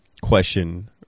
question